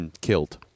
killed